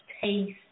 taste